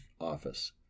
office